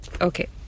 Okay